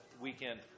weekend